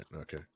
Okay